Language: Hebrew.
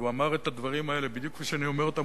והוא אמר את הדברים האלה בדיוק כפי שאני אומר אותם,